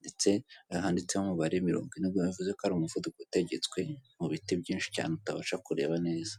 ndetse n'ahanditseho umubare mirongo ine, ubwo bivuze ko ari umuvuduko utegetswe, mu biti byinshi cyane utabasha kureba neza.